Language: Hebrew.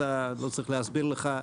לא צריך להסביר לך,